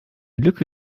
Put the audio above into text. lücke